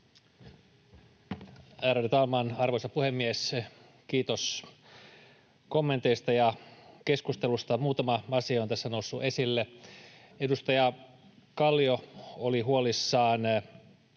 arvoisa puhemies! Kiitos kommenteista ja keskustelusta. Muutama asia on tässä noussut esille. Edustaja Kallio oli huolissaan